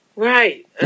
right